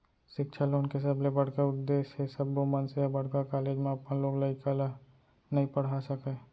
सिक्छा लोन के सबले बड़का उद्देस हे सब्बो मनसे ह बड़का कॉलेज म अपन लोग लइका ल नइ पड़हा सकय